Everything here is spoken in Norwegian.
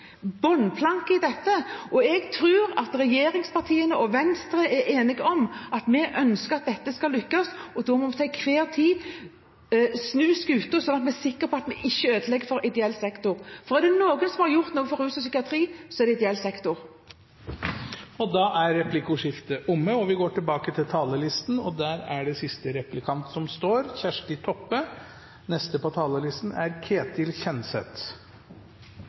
bunnplanke i dette. Jeg tror at regjeringspartiene og Venstre er enige om å ønske at dette skal lykkes, og da må vi til enhver tid snu skuta sånn at vi er sikker på at vi ikke ødelegger for ideell sektor. For er det noen som har gjort noe for rus og psykiatri, så er det ideell sektor. Replikkordskiftet er omme. Fritt behandlingsval er ei ideologisk basert reform som byggjer på éin premiss: konkurranse om helsekroner. Konkurranse om helsekroner er